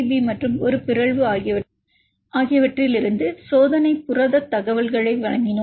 B மற்றும் ஒரு பிறழ்வு ஆகியவற்றிலிருந்து சோதனை புரத தகவல்களை வழங்கினோம்